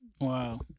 Wow